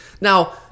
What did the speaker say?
Now